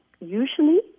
usually